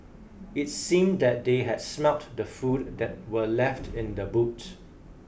it seemed that they had smelt the food that were left in the boot